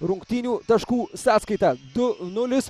rungtynių taškų sąskaitą du nulis